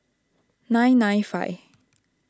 nine nine five